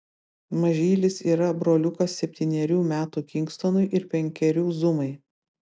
mažylis yra broliukas septynerių metų kingstonui ir penkerių zumai